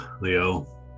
Leo